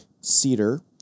Cedar